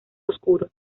oscuro